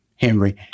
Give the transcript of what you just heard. Henry